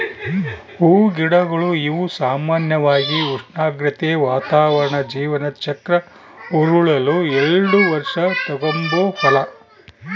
ಹೂಗಿಡಗಳು ಇವು ಸಾಮಾನ್ಯವಾಗಿ ಉಷ್ಣಾಗ್ರತೆ, ವಾತಾವರಣ ಜೀವನ ಚಕ್ರ ಉರುಳಲು ಎಲ್ಡು ವರ್ಷ ತಗಂಬೋ ಫಲ